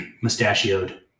mustachioed